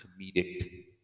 comedic